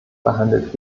behandelt